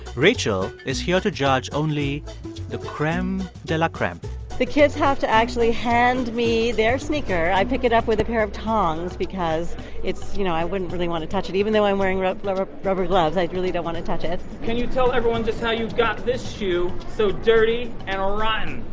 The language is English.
rachel is here to judge only creme de la creme the kids have to actually hand me their sneaker. i pick it up with a pair of tongs because it's you know, i wouldn't really want to touch it. even though i'm wearing rubber rubber rubber gloves, i really don't want to touch it can you tell everyone just how you got this shoe so dirty and um rotten?